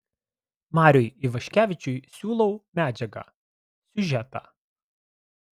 mariui ivaškevičiui siūlau medžiagą siužetą